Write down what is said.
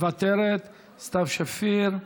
מוותרת, סתיו שפיר,